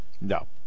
No